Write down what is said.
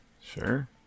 sure